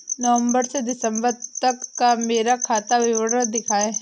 नवंबर से दिसंबर तक का मेरा खाता विवरण दिखाएं?